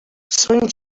són